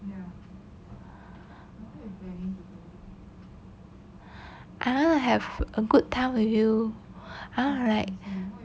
I don't have a good time with you I don't have like